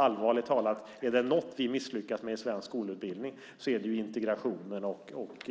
Allvarligt talat, om det är något som vi har misslyckats med i svensk skola och utbildning så är det integrationen och